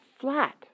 flat